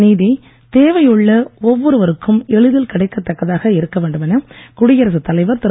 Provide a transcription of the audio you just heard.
நீதி தேவையுள்ள ஒவ்வொருவருக்கும் எளிதில் கிடைக்கத் தக்கதாக இருக்க வேண்டும் என குடியரசுத் தலைவர் திரு